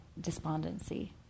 despondency